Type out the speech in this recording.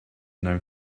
known